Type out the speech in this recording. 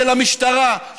של המשטרה,